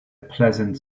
pleasant